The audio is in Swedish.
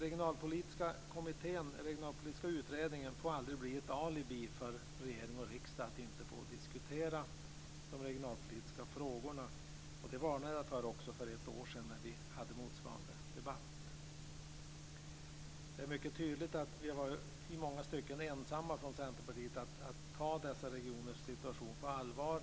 Regionalpolitiska utredningen får, som sagt, aldrig bli ett alibi för regering och riksdag att inte diskutera de regionalpolitiska frågorna. Det varnade jag också för för ett år sedan i motsvarande debatt här. Det är mycket tydligt att vi från Centerpartiet i många stycken var ensamma om att ta de utsatta regionernas situation på allvar.